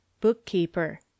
Bookkeeper